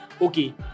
Okay